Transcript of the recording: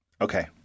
okay